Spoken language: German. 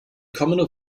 kommende